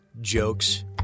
jokes